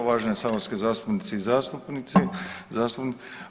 Uvažene saborske zastupnice i zastupnici.